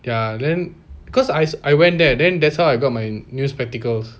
ya then because I I went there then that's how I got my new spectacles